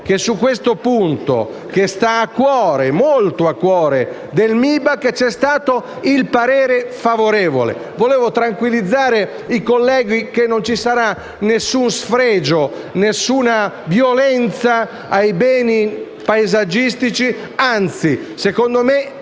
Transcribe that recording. caso su questo punto, che sta molto a cuore al MIBACT, è stato dato parere favorevole. Volevo tranquillizzare i colleghi sul fatto che non ci sarà nessuno sfregio, nessuna violenza ai beni paesaggistici. Anzi, secondo me,